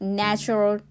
natural